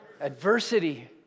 Adversity